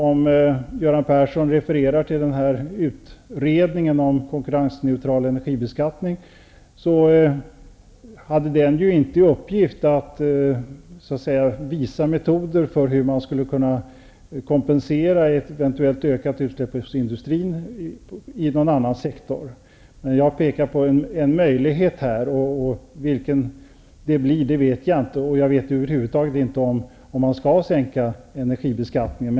Om Göran Persson refererar till utredningen om konkurrensneutral energibeskattning vill jag påpeka att den inte hade till uppgift att visa metoder för hur någon annan sektor skulle kunna kompensera ett eventuellt ökat utsläpp från industrin. Jag pekar på en möjlighet. Vilken det blir vet jag inte. Jag vet över huvud taget inte om man skall sänka energibeskattningen.